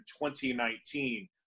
2019 –